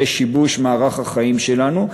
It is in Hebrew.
בשיבוש מערך החיים שלנו.